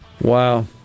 wow